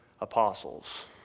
apostles